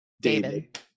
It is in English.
david